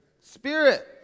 Spirit